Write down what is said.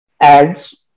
ads